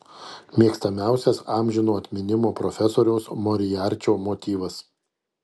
mėgstamiausias amžino atminimo profesoriaus moriarčio motyvas